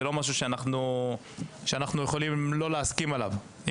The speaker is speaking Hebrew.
וזה לא משהו שאנחנו יכולים שלא להסכים עליו.